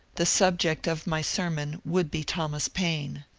the subject of my sermon would be thomas paine.